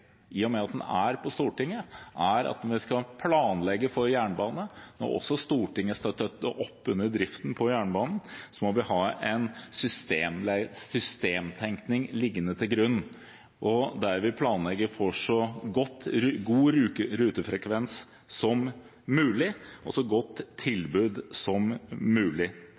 i og med at den er på Stortinget – er at når en skal planlegge for jernbane, og Stortinget også skal støtte opp under driften på jernbanen, må vi ha en systemtenkning liggende til grunn, der vi planlegger for så god rutefrekvens og så godt tilbud som mulig,